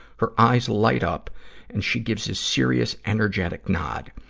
her eyes light up and she gives a serious, energetic nod.